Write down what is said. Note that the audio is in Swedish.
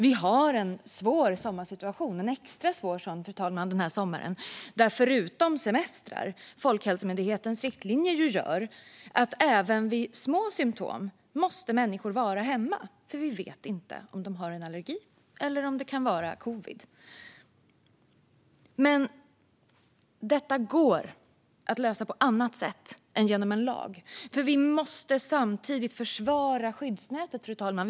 Vi har en svår situation - en extra svår sådan, fru talman - denna sommar. Förutom semestrar gör Folkhälsomyndighetens riktlinjer att människor även vid lätta symtom måste vara hemma, för man vet inte om de har en allergi eller om det kan vara covid. Men detta går att lösa på annat sätt än genom en lag, för vi måste samtidigt försvara skyddsnätet, fru talman.